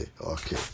okay